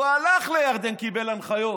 הוא הלך לירדן, קיבל הנחיות.